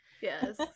yes